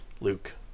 Luke